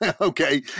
Okay